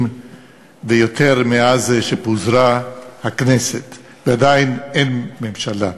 ויותר מאז פוזרה הכנסת ועדיין אין ממשלה.